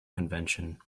convention